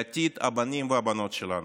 לעתיד הבנים והבנות שלנו.